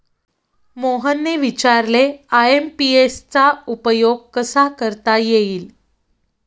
मोहनने विचारले आय.एम.पी.एस चा उपयोग कसा करता येईल?